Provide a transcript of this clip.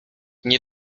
nie